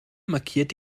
markiert